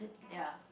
ya